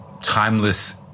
timeless